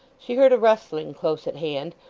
she heard a rustling close at hand,